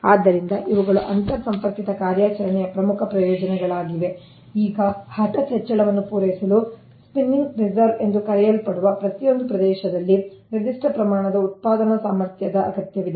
ಆದ್ದರಿಂದ ಇವುಗಳು ಅಂತರ್ ಸಂಪರ್ಕಿತ ಕಾರ್ಯಾಚರಣೆಯ ಪ್ರಮುಖ ಪ್ರಯೋಜನಗಳಾಗಿವೆ ಈಗ ಹಠಾತ್ ಹೆಚ್ಚಳವನ್ನು ಪೂರೈಸಲು ಸ್ಪಿನ್ನಿಂಗ್ ರಿಸರ್ವ್ ಎಂದು ಕರೆಯಲ್ಪಡುವ ಪ್ರತಿಯೊಂದು ಪ್ರದೇಶದಲ್ಲಿ ನಿರ್ದಿಷ್ಟ ಪ್ರಮಾಣದ ಉತ್ಪಾದನಾ ಸಾಮರ್ಥ್ಯದ ಅಗತ್ಯವಿದೆ